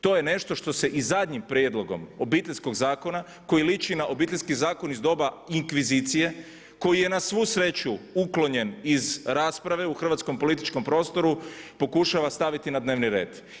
To je nešto što se i zadnjim prijedlogom Obiteljskog zakona koji liči na Obiteljski zakon iz doba inkvizicije, koji je na svu sreću uklonjen iz rasprave u hrvatskom političkom prostoru, pokušava staviti na dnevni red.